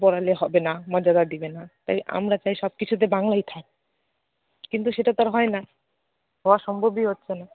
পড়ালে হবে না মর্যাদা দেবে না তাই আমরা চাই সব কিছুতে বাংলাই থাক কিন্তু সেটা তো আর হয় না হওয়া সম্ভবই হচ্ছে না